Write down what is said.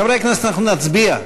חברי הכנסת, אנחנו נצביע.